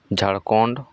Jharkhand